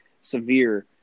severe